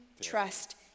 trust